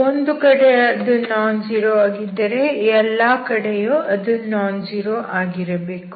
ಒಂದು ಕಡೆ ಅದು ನಾನ್ ಝೀರೋ ಆಗಿದ್ದರೆ ಎಲ್ಲಾ ಕಡೆಯೂ ಅದು ನಾನ್ ಝೀರೋ ಆಗಬೇಕು